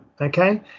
okay